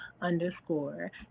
underscore